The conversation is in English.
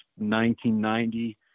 1990